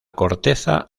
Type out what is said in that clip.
corteza